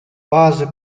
bazı